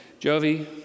Jovi